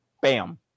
Bam